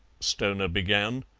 stoner began,